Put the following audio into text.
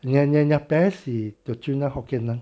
你的你的